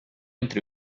entre